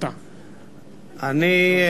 אני,